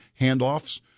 handoffs